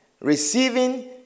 receiving